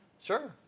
sure